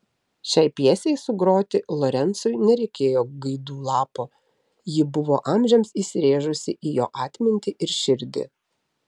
šiai pjesei sugroti lorencui nereikėjo gaidų lapo ji buvo amžiams įsirėžusi į jo atmintį ir širdį